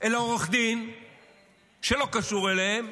אלא עורך דין שלא קשור אליהם,